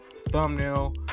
thumbnail